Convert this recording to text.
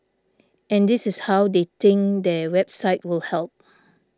and this is how they think their website will help